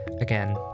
Again